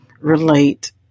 relate